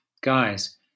guys